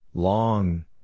Long